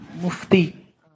Mufti